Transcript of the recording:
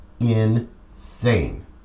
insane